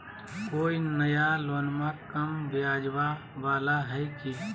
कोइ नया लोनमा कम ब्याजवा वाला हय की?